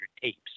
tapes